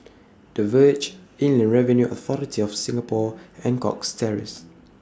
The Verge Inland Revenue Authority of Singapore and Cox Terrace